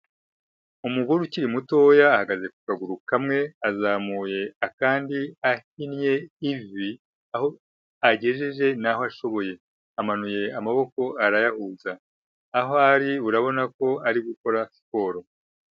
Umugore ukiri mutoya ahagaze ku gaguru kamwe, azamuye akandi ahinnye ivi, aho agejeje ni aho ashoboye. Amanuye amaboko arayahuza. Aho ari urabona ko ari gukora siporo.